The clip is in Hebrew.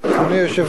אדוני היושב-ראש,